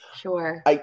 Sure